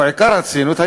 או עיקר הציניות,